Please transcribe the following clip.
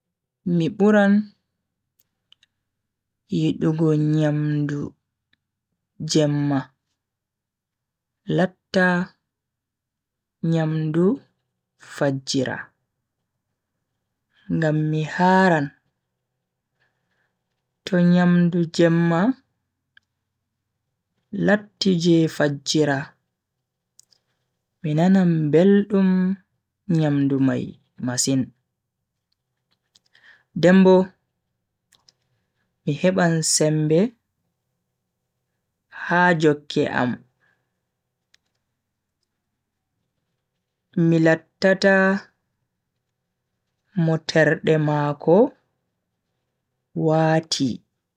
Mi buran yidugo nyamdu jemma latta nyamdu fajjira, ngam mi haaran. to nyamdu jemma latti je fajjira mi nanan beldum nyamdu mai masin den bo Mi heban sembe ha jokke am mi lattata mo terde mako wati.